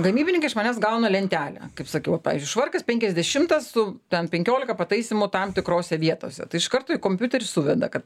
gamybininkai iš manęs gauna lentelę kaip sakiau va pavyzdžiui švarkas penkiasdešimtas su ten penkiolika pataisymų tam tikrose vietose tai iš karto į kompiuterį suveda kad